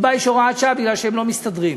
שבה יש הוראת שעה משום שהם לא מסתדרים.